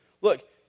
look